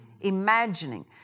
Imagining